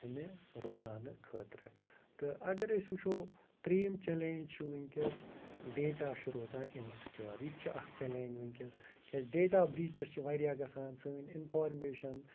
اَمہِ رُکناونہٕ خٲطرٕ تہٕ اگر أسۍ وٕچھو ترٛیٚیِم چلینٛج چھُ وٕنکٮ۪س ڈیٚٹا چھُ روزان اِنسِکیور یہِ تہِ چھُ اکھ چَلینٛج وٕنکٮ۪س کیٛازِ ڈیٚٹا بریٖچٕس چھِ واریاہ گژھان سٲنۍ اِنفارمیٚشَن